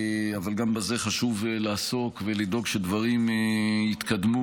אבל גם בזה חשוב לעסוק ולדאוג שדברים יתקדמו,